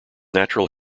natural